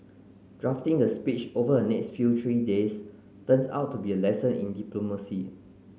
drafting the speech over the next few three days turns out to be a lesson in diplomacy